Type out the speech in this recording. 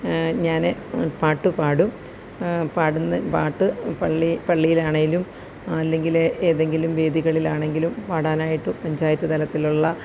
ഞാന് പാട്ടു പാടും പാടുന്ന പാട്ട് പള്ളി പള്ളിയിലാണേലും അല്ലെങ്കിൽ ഏതെങ്കിലും വേദികളിലാണെങ്കിലും പാടാനായിട്ട് പഞ്ചായത്ത് തലത്തിലുള്ള